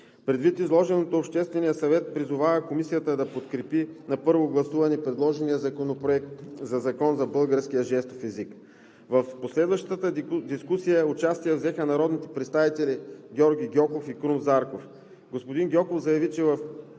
Предвид изложеното Общественият съвет призовава Комисията да подкрепи на първо гласуване предложения Законопроект на Закон за българския жестов език. В последвалата дискусия участие взеха народните представители Георги Гьоков и Крум Зарков. Господин Гьоков заяви, че в